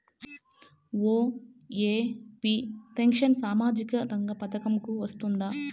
OAP pension సామాజిక రంగ పథకం కు వస్తుందా?